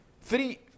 three